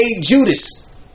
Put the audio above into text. Judas